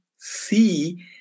see